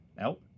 Out